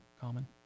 Common